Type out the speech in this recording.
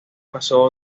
pasó